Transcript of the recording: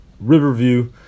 riverview